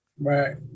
Right